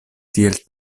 tiel